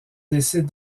décide